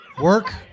work